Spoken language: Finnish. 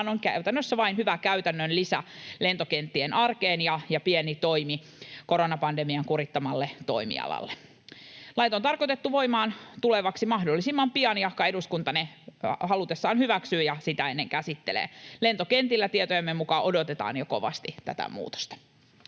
vaan se on käytännössä vain hyvä käytännön lisä lentokenttien arkeen ja pieni toimi koronapandemian kurittamalle toimialalle. Lait on tarkoitettu voimaan tuleviksi mahdollisimman pian, jahka eduskunta ne halutessaan hyväksyy ja sitä ennen käsittelee. Lentokentillä tietojemme mukaan odotetaan jo kovasti tätä muutosta.